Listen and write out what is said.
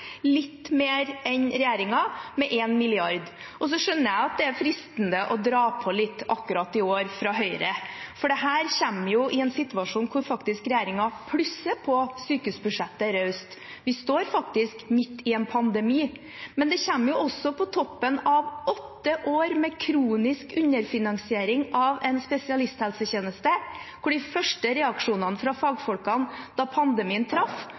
litt mer enn regjeringen, med 1 mrd. kr. Så skjønner jeg at det er fristende å dra på litt akkurat i år fra Høyre, for dette kommer jo i en situasjon hvor regjeringen faktisk plusser raust på sykehusbudsjettet. Vi står faktisk midt i en pandemi. Men det kommer også på toppen av åtte år med kronisk underfinansiering av en spesialisthelsetjeneste hvor de første reaksjonene fra fagfolkene da pandemien traff,